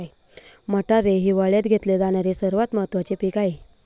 मटार हे हिवाळयात घेतले जाणारे सर्वात महत्त्वाचे पीक आहे